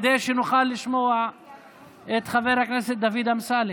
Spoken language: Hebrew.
כדי שנוכל לשמוע את חבר הכנסת דוד אמסלם.